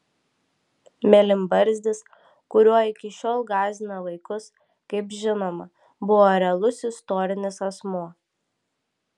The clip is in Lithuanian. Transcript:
mėlynbarzdis kuriuo iki šiol gąsdina vaikus kaip žinoma buvo realus istorinis asmuo